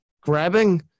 grabbing